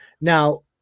Now